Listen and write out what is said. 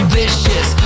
vicious